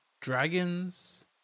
dragons